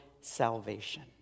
salvation